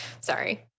Sorry